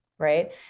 Right